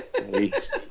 Please